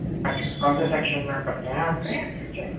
اچھا کون سے سیکشن میں پڑھتے ہیں آپ کے بچے